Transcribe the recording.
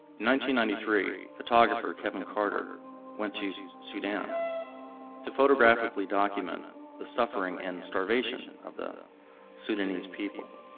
ninety ninety three photographer kevin carter went to use use sudan to photographically document the suffering and starvation of the sudanese people